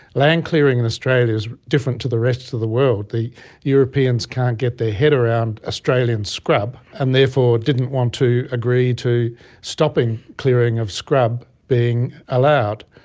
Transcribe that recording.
land clearing in australia is different to the rest of the world. the europeans can't get their head around australian scrub, and therefore didn't want to agree to stopping clearing of scrub being allowed.